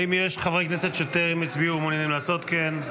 בעד האם יש חברי כנסת שטרם הצביעו ומעוניינים לעשות כן?